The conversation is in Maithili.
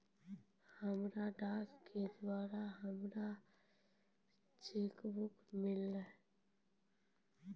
हमरा डाको के द्वारा हमरो चेक बुक मिललै